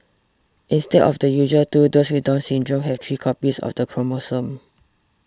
instead of the usual two those with Down Syndrome have three copies of the chromosome